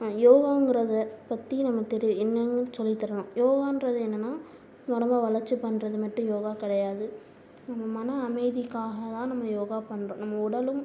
யோகங்குறதை பற்றி நம்ம தெரிஞ்சு என்னன்னு சொல்லி தரணும் யோகான்றது என்னன்னா உடம்ப வளைச்சி பண்ணுறது மட்டும் யோகா கிடையாது நம்ம மன அமைதிக்காக தான் நம்ம யோகா பண்ணுறோம் நம்ம உடலும்